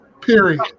Period